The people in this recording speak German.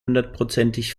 hundertprozentig